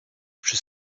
przy